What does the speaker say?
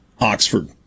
Oxford